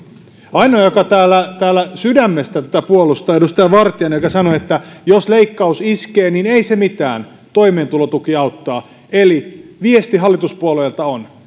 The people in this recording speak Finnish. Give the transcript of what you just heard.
ainoa joka täällä täällä sydämestään tätä puolustaa on edustaja vartiainen joka sanoi että jos leikkaus iskee niin ei se mitään toimeentulotuki auttaa eli viesti hallituspuolueilta on